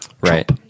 Right